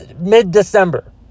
mid-December